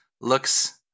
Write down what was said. looks